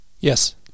Yes